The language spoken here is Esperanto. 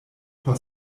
por